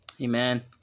Amen